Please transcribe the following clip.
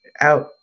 out